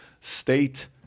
State